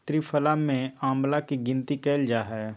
त्रिफला में आंवला के गिनती कइल जाहई